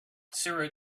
sarah